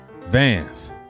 vans